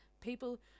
people